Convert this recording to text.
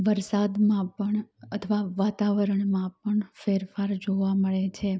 વરસાદમાં પણ અથવા વાતાવરણમાં પણ ફેરફાર જોવા મળે છે